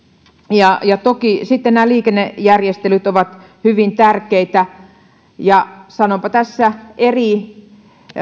toki nämä liikennejärjestelyt ovat hyvin tärkeitä sanonpa tässä eri